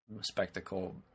spectacle